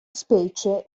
specie